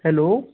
hello